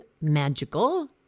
magical